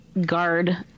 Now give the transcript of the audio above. guard